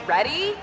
Ready